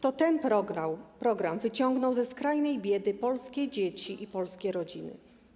To ten program wyciągnął ze skrajnej biedy polskie dzieci i polskie rodziny.